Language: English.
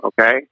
okay